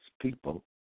people